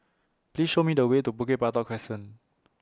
Please Show Me The Way to Bukit Batok Crescent